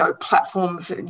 platforms